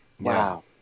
Wow